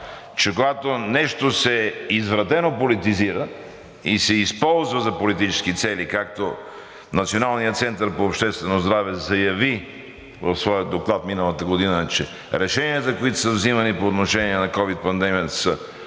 че когато нещо извратено се политизира и се използва за политически цели, както Националният център по обществено здраве заяви в своя доклад миналата година, че решенията, които са взимани по отношение на ковид пандемията, са